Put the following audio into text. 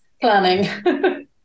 planning